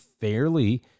fairly